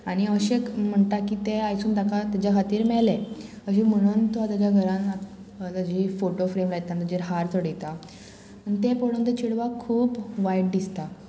आनी अशें म्हणटा की तें आयजसून ताका तेज्या खातीर मेलें अशें म्हणून तो तेज्या घरांत ताजी फोटो फ्रेम लायता तेजेर हार चडयता आनी तें पळोवन ते चेडवाक खूब वायट दिसता